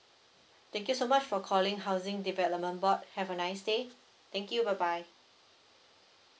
thank you so much for calling housing development board have a nice day thank you bye bye